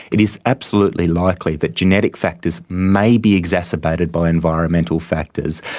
it is absolutely likely that genetic factors may be exacerbated by environmental factors,